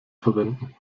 verwenden